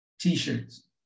t-shirts